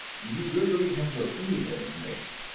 you really don't even have to know any of that information.